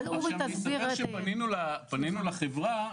פנינו לחברה,